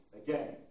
again